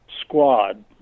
squad